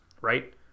right